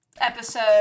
Episode